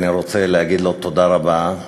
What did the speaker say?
אני רוצה להגיד לו תודה רבה,